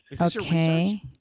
okay